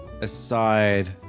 aside